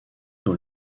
dans